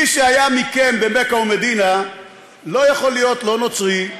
מי שהיה מכם במכה ומדינה לא יכול להיות לא נוצרי,